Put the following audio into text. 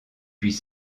puis